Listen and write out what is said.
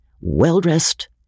well-dressed